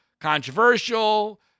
controversial